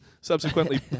subsequently